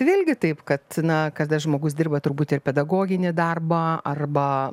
vėlgi taip kad na kada žmogus dirba turbūt ir pedagoginį darbą arba